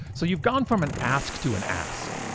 so you've gone from an ask to an ask.